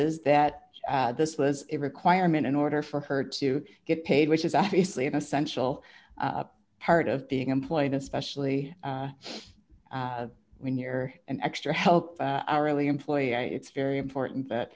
is that this was a requirement in order for her to get paid which is obviously an essential part of being employed especially when you're an extra help hourly employee i it's very important that